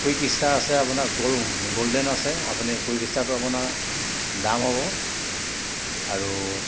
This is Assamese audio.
কুইক ষ্টাৰ আছে আপোনাৰ গল গ'ল্ডেন আছে আপুনি কুইক ষ্টাৰটো আপোনাৰ দাম হ'ব আৰু